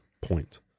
point